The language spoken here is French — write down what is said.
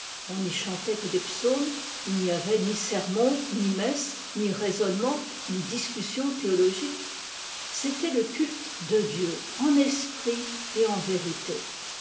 on n'y chantait que des psaumes il n'y avait ni sermon ni messe ni raisonnement ni discussion théo ogique c'était e culte de dieu en esprit et en vérité